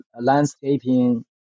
landscaping